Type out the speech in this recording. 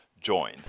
join